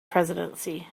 presidency